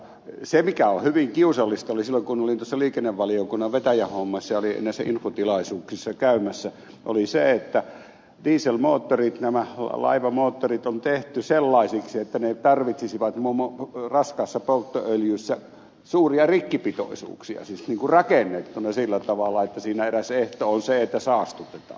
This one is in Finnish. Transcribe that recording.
se mikä on hyvin kiusallista tuli esille silloin kun olin tuossa liikennevaliokunnan vetäjän hommassa ja olin näissä infotilaisuuksissa käymässä eli se että dieselmoottorit nämä laivamoottorit on tehty sellaisiksi että ne tarvitsisivat raskaassa polttoöljyssä suuria rikkipitoisuuksia siis rakennettuna sillä tavalla että siinä eräs ehto on se että saastutetaan